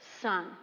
Son